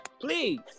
please